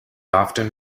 often